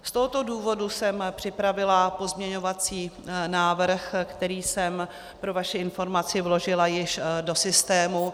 Z tohoto důvodu jsem připravila pozměňovací návrh, který jsem pro vaši informaci vložila již do systému.